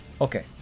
Okay